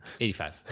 85